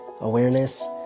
awareness